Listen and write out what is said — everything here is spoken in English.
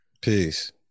peace